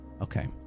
Okay